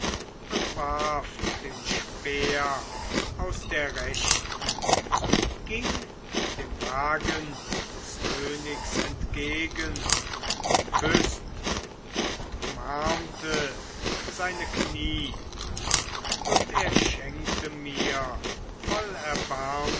und warf den speer aus der rechten ging dem wagen des königs entgegen küßt und umarmte seine knie und er schenkte mir voll